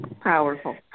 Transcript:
Powerful